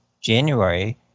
January